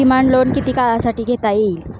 Demand loan किती काळासाठी घेता येईल?